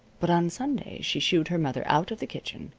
but on sundays she shooed her mother out of the kitchen.